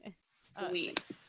Sweet